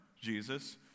Jesus